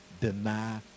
deny